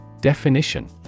Definition